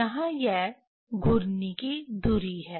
यहाँ यह घूर्णी की धुरी है